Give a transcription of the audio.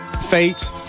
Fate